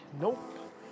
Nope